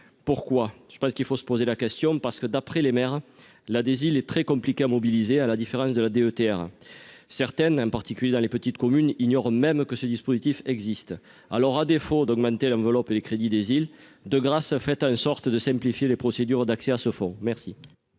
pourquoi je pense qu'il faut se poser la question parce que, d'après les maires là des il est très compliqué à mobiliser, à la différence de la DETR certaines un particulier dans les petites communes ignorent même que ce dispositif existe alors, à défaut d'augmenter l'enveloppe des crédits des îles de grâce : faites en sorte de simplifier les procédures d'accès à ce fonds, merci,